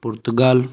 Portugal